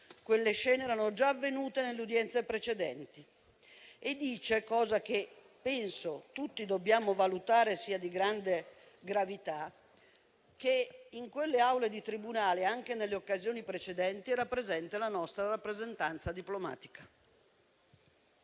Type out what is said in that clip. Quelle scene erano già avvenute nelle udienze precedenti. E dice una cosa che penso tutti dobbiamo valutare di grande gravità: in quelle aule di tribunale, anche nelle occasioni precedenti, era presente la nostra rappresentanza diplomatica.